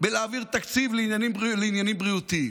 להעביר תקציב לעניינים בריאותיים.